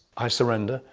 i surrender,